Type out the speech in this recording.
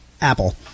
Apple